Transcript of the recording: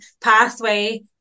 pathway